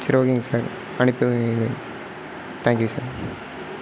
சரி ஓகேங்க சார் அனுப்பி வையுங்க தேங்க்கியூ சார்